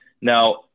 Now